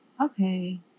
Okay